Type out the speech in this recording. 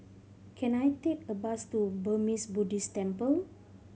can I take a bus to Burmese Buddhist Temple